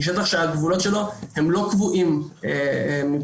היא שטח שהגבולות שלו הם לא קבועים מבחינה